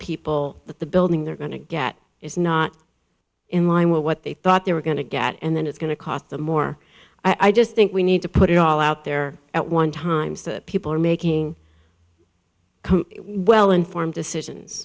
people that the building they're going to get is not in line with what they thought they were going to get and then it's going to cost them more i just think we need to put it all out there at one time so that people are making well informed decisions